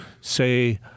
say